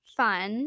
fun